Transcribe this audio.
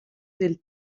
del